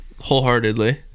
wholeheartedly